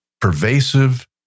pervasive